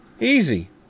Easy